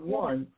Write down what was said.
one